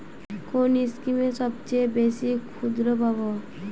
কোন স্কিমে সবচেয়ে বেশি সুদ পাব?